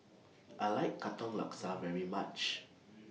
I like Katong Laksa very much